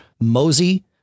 Mosey